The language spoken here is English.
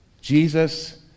Jesus